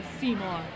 Seymour